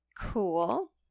cool